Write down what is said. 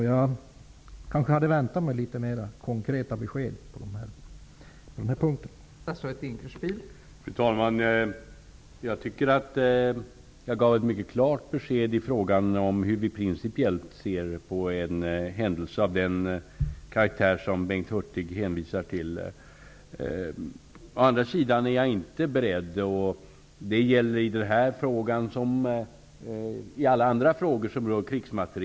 Jag hade väntat mig litet mer konkreta besked på denna punkt.